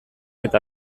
eta